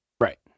right